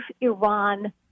Iran